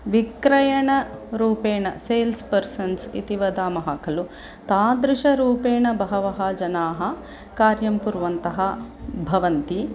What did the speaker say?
विक्रयणरूपेण sales persons इति वदामः खलु तादृशरूपेण बहवः जनाः कार्यं कुर्वन्तः भवन्ति